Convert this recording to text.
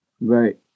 Right